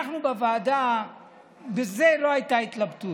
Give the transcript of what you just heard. בוועדה בזה לא הייתה התלבטות.